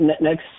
next